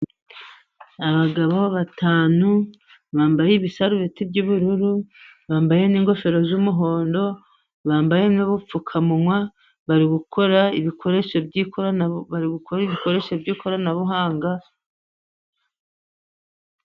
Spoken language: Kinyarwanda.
Abagabo batanu bambaye ibisarubeti by'ubururu, bambaye n'ingofero z'umuhondo, bambaye n'ubupfukamuwa, bari gukora ibikoresho by'ikoranabuhanga.